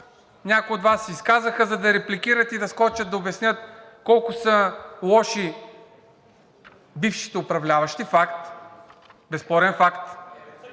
някои от Вас се изказаха, за да репликират и да скочат да обяснят колко са лоши бившите управляващи – безспорен факт.